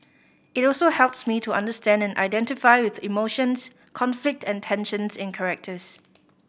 it also helps me to understand and identify with emotions conflict and tensions in characters